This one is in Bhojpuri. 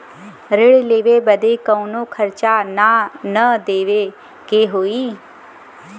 ऋण लेवे बदे कउनो खर्चा ना न देवे के होई?